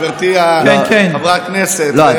גברתי חברת הכנסת.